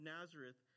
Nazareth